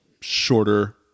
shorter